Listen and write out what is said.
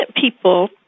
people